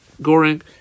Goring